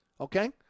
Okay